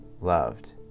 loved